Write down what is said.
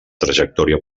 trajectòria